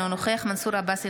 אינו נוכח מנסור עבאס,